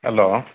hello